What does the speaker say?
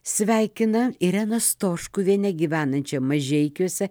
sveikina ireną stoškuvienę gyvenančią mažeikiuose